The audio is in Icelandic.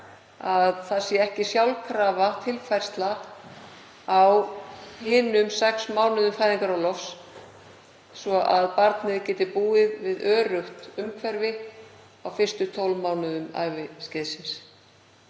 að það sé sjálfkrafa tilfærsla á hinum sex mánuðum fæðingarorlofs svo að barnið geti búið við öruggt umhverfi á fyrstu 12 mánuðum æviskeiðs.